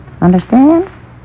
Understand